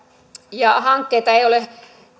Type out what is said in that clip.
ja hankkeita